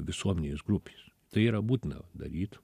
visuomenės grupės tai yra būtina daryt